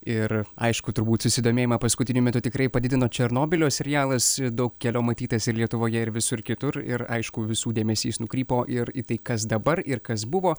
ir aišku turbūt susidomėjimą paskutiniu metu tikrai padidino černobylio serialas daug kieno matytas ir lietuvoje ir visur kitur ir aišku visų dėmesys nukrypo ir į tai kas dabar ir kas buvo